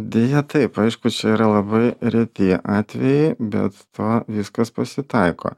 deja taip aišku čia yra labai reti atvejai bet tą viskas pasitaiko